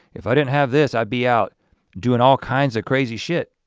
if i didn't have this i'd be out doing all kinds of crazy shit.